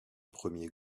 premier